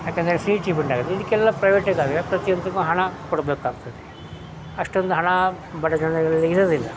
ಯಾಕೆಂದ್ರೆ free treatment ಆಗುತ್ತೆ ಇದಕ್ಕೆಲ್ಲ ಪ್ರೈವೇಟಿಗಾದರೆ ಪ್ರತಿಯೊಂದಕ್ಕೂ ಹಣ ಕೊಡಬೇಕಾಗ್ತದೆ ಅಷ್ಟೊಂದು ಹಣ ಬಡ ಜನರಲ್ಲಿ ಇರೋದಿಲ್ಲ